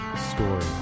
story